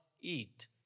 eat